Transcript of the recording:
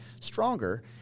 stronger